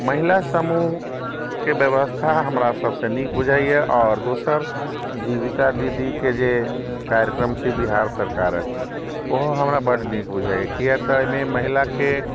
महिला समूहके व्यवस्था हमरा सबसँ नीक बुझाइया आओर दोसर जीविका दीदीके जे कार्यक्रम छै बिहार सरकारक ओहो हमरा बड्ड नीक बुझाइया किया तऽ एहिमे महिलाके